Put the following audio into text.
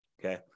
Okay